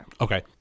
Okay